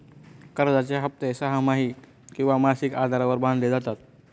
कर्जाचे हप्ते सहामाही किंवा मासिक आधारावर बांधले जातात